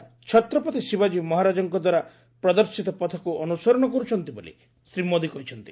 ସରକାର ଛତ୍ରପତି ଶିବାଜୀ ମହାରାଜଙ୍କ ଦ୍ୱାରା ପ୍ରଦର୍ଶିତ ପଥକୁ ଅନୁସରଣ କରୁଛନ୍ତି ବୋଲି ଶ୍ରୀ ମୋଦୀ କହିଛନ୍ତି